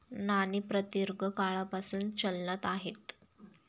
नाणी प्रदीर्घ काळापासून चलनात आहेत